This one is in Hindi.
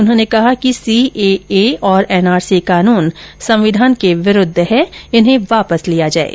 उन्होंने कहा कि सीएए और एनआरसी कानून संविधान के विरुद्ध हैं इन्हें वापस लिया जाये